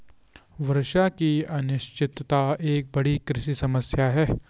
वर्षा की अनिश्चितता एक बड़ी कृषि समस्या है